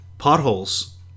potholes